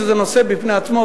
שזה נושא בפני עצמו,